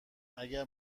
اگر